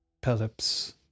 Pelops